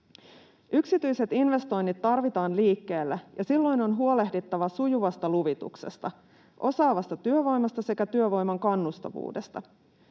Yksityiset investoinnit tarvitaan liikkeelle, ja silloin on huolehdittava sujuvasta luvituksesta, osaavasta työvoimasta sekä työvoiman kannustavuudesta.